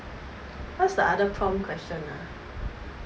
what's the other prompt question ah